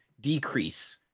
decrease